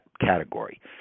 category